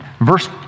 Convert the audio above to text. verse